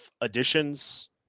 additions